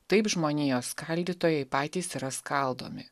taip žmonijos skaldytojai patys yra skaldomi